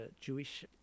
Jewish